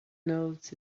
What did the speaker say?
nodes